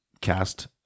cast